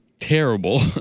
terrible